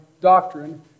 doctrine